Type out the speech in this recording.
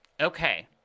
Okay